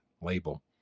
label